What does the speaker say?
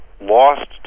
lost